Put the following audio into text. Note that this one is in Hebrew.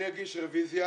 אני אגיש רביזיה